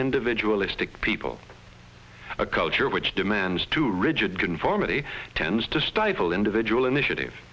individualistic people a culture which demands too rigid conformity tends to stifle individual initiative